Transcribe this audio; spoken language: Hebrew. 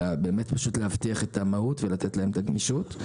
אלא פשוט להבטיח את המהות ולתת להם את הגמישות.